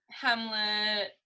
Hamlet